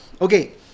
Okay